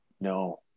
No